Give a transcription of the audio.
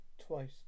twice